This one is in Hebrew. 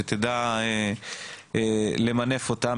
שתדע למנף אותה.